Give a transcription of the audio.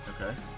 Okay